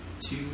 two